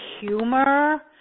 humor